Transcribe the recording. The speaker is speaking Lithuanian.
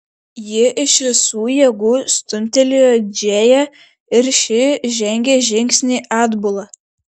ji iš visų jėgų stumtelėjo džėją ir ši žengė žingsnį atbula